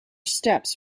steps